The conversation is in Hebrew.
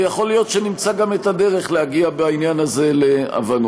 ויכול להיות שנמצא גם את הדרך להגיע בעניין הזה להבנות.